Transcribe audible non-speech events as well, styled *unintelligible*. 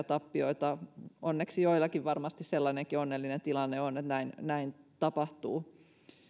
*unintelligible* tappioita onneksi joillakin varmasti sellainenkin onnellinen tilanne on että näin tapahtuu